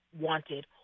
wanted